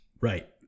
Right